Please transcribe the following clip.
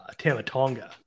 Tamatonga